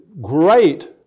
great